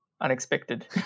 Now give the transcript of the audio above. unexpected